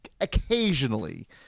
occasionally